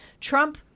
trump